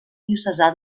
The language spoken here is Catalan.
diocesà